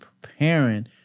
preparing